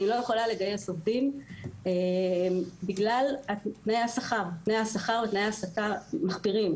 אני לא יכולה לגייס עובדים בגלל תנאי השכר ותנאי העסקה מחפירים.